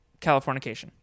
Californication